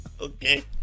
Okay